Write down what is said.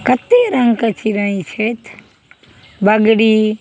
कते रङ्गके चिड़य छथि बगड़ी